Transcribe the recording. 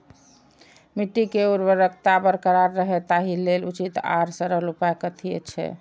मिट्टी के उर्वरकता बरकरार रहे ताहि लेल उचित आर सरल उपाय कथी छे?